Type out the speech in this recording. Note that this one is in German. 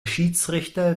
schiedsrichter